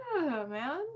man